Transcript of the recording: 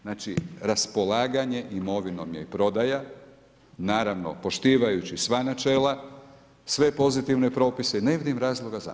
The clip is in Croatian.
Znači, raspolaganje imovinom je prodaja, naravno prošivajući sva načela, sve pozitivne propise i ne vidim razloga zašto.